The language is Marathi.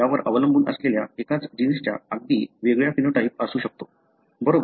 यावर अवलंबून असलेल्या एकाच जीन्सचा अगदी वेगळा फिनोटाइप असू शकतो बरोबर